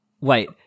Wait